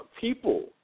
people